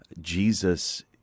Jesus